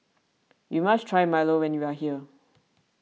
you must try Milo when you are here